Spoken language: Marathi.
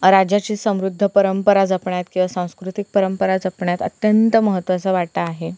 राज्याची समृद्ध परंपरा जपण्यात किंवा सांस्कृतिक परंपरा जपण्यात अत्यंत महत्त्वाचा वाटा आहे